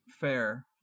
Fair